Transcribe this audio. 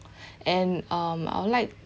and um I would like